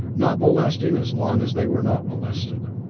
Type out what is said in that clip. not molesting as long as they were not molested.